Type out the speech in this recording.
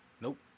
Nope